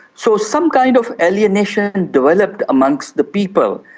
so some kind of alienation and developed amongst the people,